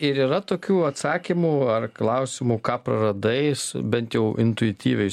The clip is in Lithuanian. ir yra tokių atsakymų ar klausimų ką praradai jis bent jau intuityviai